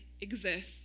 exist